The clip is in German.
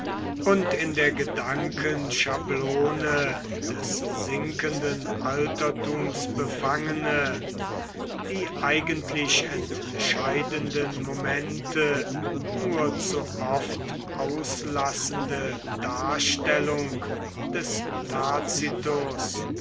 und in der gedankenschablone des sinkenden altertums befangene die eigentlich entscheidenden momente nur zu oft auslassende darstellung des